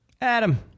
Adam